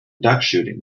duckshooting